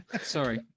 Sorry